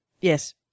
Yes